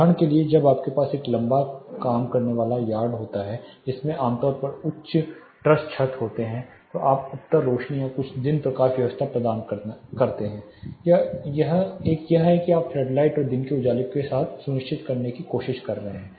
उदाहरण के लिए जब आपके पास एक लंबा काम करने वाला यार्ड होता है जिसमें आम तौर पर उच्च ट्रस छत होते हैं तो आप उत्तर रोशनी या कुछ दिन प्रकाश व्यवस्था प्रदान करते हैं एक यह है कि आप फ्लडलाइट और दिन के उजाले के साथ सुनिश्चित करने की कोशिश कर रहे हैं